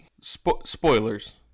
Spoilers